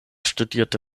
studierte